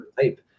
type